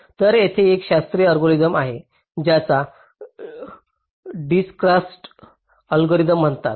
तर तेथे एक शास्त्रीय अल्गोरिदम आहे ज्याला डिजकस्ट्राDijkstra's अल्गोरिदम म्हणतात